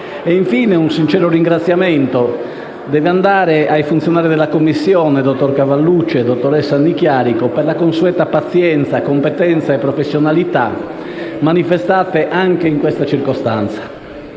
Infine un sincero ringraziamento ai funzionari della Commissione, dottor Cavallucci e dottoressa Annecchiarico, per la consueta pazienza, competenza e professionalità manifestate anche in questa circostanza.